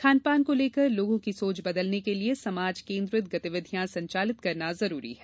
खान पान को लेकर लोगों की सोच बदलने के लिये समाज केन्द्रित गतिविधियाँ संचालित करना जरूरी है